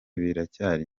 biracyari